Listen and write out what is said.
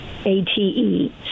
A-T-E